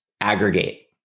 aggregate